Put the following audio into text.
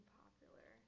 popular